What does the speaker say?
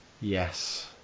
yes